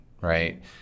right